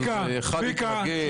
ואחד התנגד.